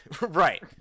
Right